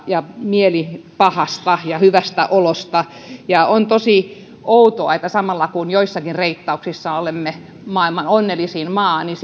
ja mielipahasta ja hyvästä olosta ja on tosi outoa että samalla kun joissakin reittauksissa olemme maailman onnellisin maa niin